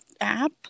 app